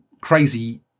crazy